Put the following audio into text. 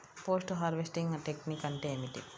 Post harvesting technique అంటే ఏమిటీ?